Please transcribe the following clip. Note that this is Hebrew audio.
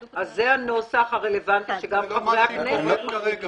זה הנוסח הרלוונטי, שגם חברי הכנסת מחזיקים.